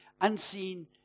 unseen